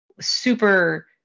super